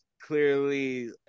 clearly